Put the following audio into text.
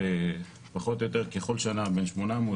שבכל קהילה וקהילה,